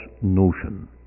notion